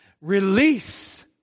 release